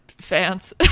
fans